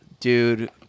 Dude